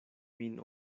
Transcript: min